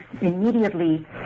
immediately